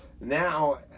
now